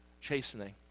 chastening